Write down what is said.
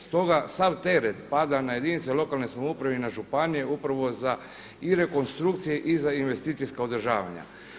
Stoga sav teret pada na jedinice lokalne samouprave i na županije upravo za i rekonstrukcije i za investicijska održavanja.